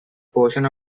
portion